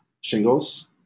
shingles